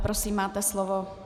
Prosím, máte slovo.